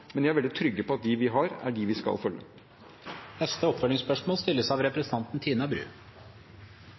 men jeg er veldig trygg på at de svarene vi har, er de vi skal følge. Tina Bru